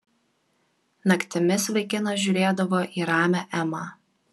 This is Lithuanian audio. naktimis vaikinas žiūrėdavo į ramią emą